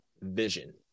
Vision